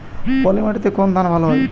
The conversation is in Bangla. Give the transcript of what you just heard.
পলিমাটিতে কোন ধান ভালো হয়?